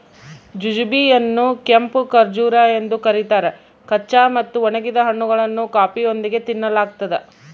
jujube ಯನ್ನುಕೆಂಪು ಖರ್ಜೂರ ಎಂದು ಕರೀತಾರ ಕಚ್ಚಾ ಮತ್ತು ಒಣಗಿದ ಹಣ್ಣುಗಳನ್ನು ಕಾಫಿಯೊಂದಿಗೆ ತಿನ್ನಲಾಗ್ತದ